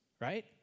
Right